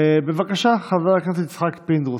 בבקשה, חבר הכנסת יצחק פינדרוס.